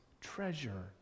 treasure